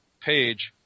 page